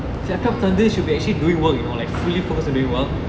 I thought sunday she would be actually doing work you know like pretty focused on doing well